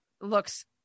looks